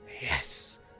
Yes